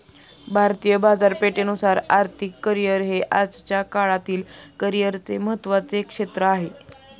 भारतीय बाजारपेठेनुसार आर्थिक करिअर हे आजच्या काळातील करिअरचे महत्त्वाचे क्षेत्र आहे